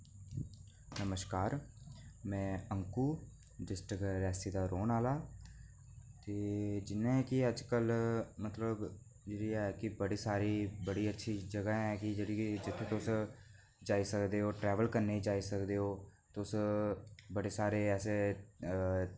नमस्कार में अंकु डिस्ट्रिक्ट रियासी दा रौह्ने आह्ला ते जियां कि अज्जकल मतलब जेह्ड़ी ऐ कि बड़ी सारी बड़ी अच्छी जगहां ऐं की जेह्की तुस जाई सकदे ओ ट्रेवल करने गी जाई सकदे ओ तुस बड़े सारे ऐसे अ